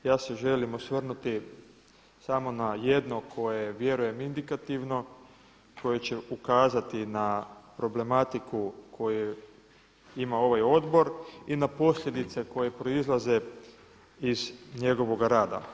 Ja se želim osvrnuti samo na jedno koje je vjerujem indikativno, koje će ukazati na problematiku koju ima ovaj odbor i na posljedice koje proizlaze iz njegovoga rada.